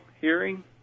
hearing